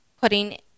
putting